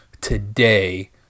Today